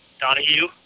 Donahue